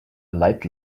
light